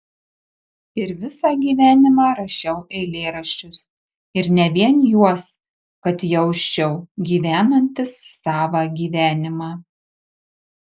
ir visą gyvenimą rašiau eilėraščius ir ne vien juos kad jausčiau gyvenantis savą gyvenimą